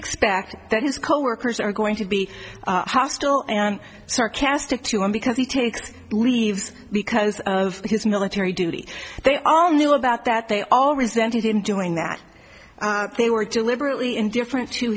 expect that his coworkers are going to be hostile and sarcastic to him because he takes leave because of his military duty they all knew about that they all resented in doing that they were deliberately indifferent to